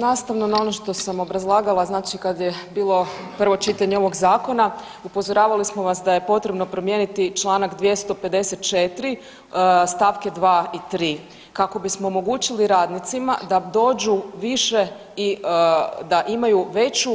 Nastavno na ono što sam obrazlagala znači kad je bilo prvo čitanje ovog zakona upozoravali smo vas da je potrebno promijeniti Članak 254. stavke 2. i 3. kako bismo omogućili radnicima da dođu više i da imaju veću,